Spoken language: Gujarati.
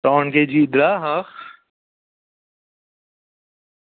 ત્રણ કેજી ઈદડા હા